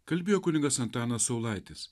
kalbėjo kunigas antanas saulaitis